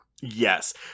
Yes